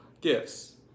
gifts